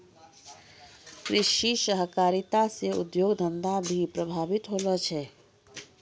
कृषि सहकारिता से उद्योग धंधा भी प्रभावित होलो छै